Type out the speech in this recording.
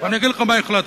ואני אגיד לך מה החלטתי.